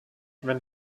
wenn